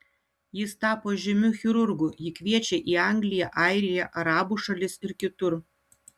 jis tapo žymiu chirurgu jį kviečia į angliją airiją arabų šalis ir kitur